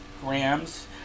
grams